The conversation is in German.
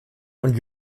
und